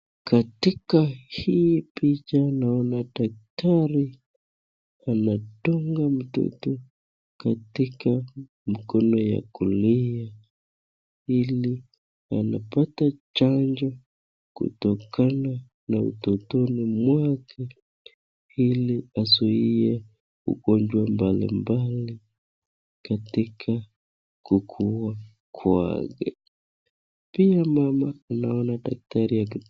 Katika hii picha naona daktari anadunga mtoto katika mkono ya kulia ili wanapata chanjo kutokana na utotoni mwake ili azuie ugonjwa mbalimbali katika kukuwa kwake. Pia mama naona daktari aki.